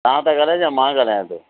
तव्हां त ॻाल्हायो या मां ॻाल्हायांसि